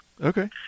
Okay